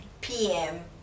PM